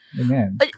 Amen